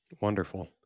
Wonderful